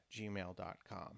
gmail.com